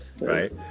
right